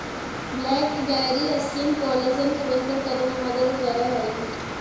blackberry skin collagen के बेहतर करे में मदद करऽ हई